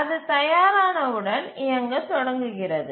அது தயாரானவுடன் இயங்கத் தொடங்குகிறது